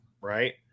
right